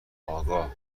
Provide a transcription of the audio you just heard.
آگاه